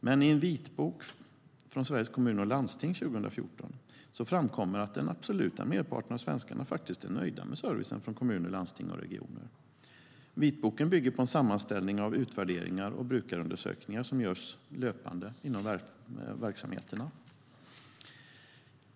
Men i en vitbok från Sveriges Kommuner och Landsting 2014 framkommer det att den absoluta merparten av svenskarna är nöjda med servicen från kommuner, landsting och regioner. Vitboken bygger på en sammanställning av utvärderingar och brukarundersökningar som görs löpande inom verksamheterna.